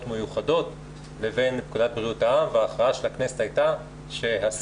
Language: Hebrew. מיוחדות לבין פקודת בריאות העם וההכרעה של הכנסת הייתה שהסמכות